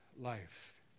life